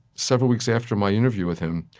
several weeks after my interview with him,